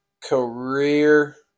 Career